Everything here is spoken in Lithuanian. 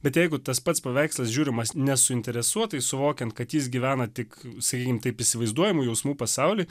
bet jeigu tas pats paveikslas žiūrimas nesuinteresuotai suvokiant kad jis gyvena tik sakykim taip įsivaizduojamų jausmų pasauly